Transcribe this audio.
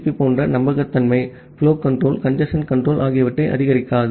B போன்ற நம்பகத்தன்மை ஆகும் புலோ கன்ட்ரோல் கஞ்சேஸ்ன் கன்ட்ரோல் ஆகியவற்றை ஆதரிக்காது